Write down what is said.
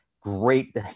great